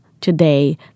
today